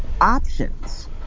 options